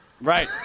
Right